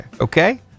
okay